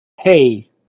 hey